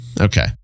Okay